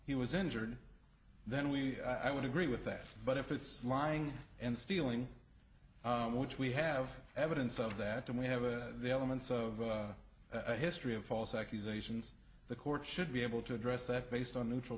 he was injured then we i would agree with that but if it's lying and stealing which we have evidence of that and we have the elements of a history of false accusations the court should be able to address that based on neutral